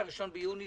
את הראשון ביוני,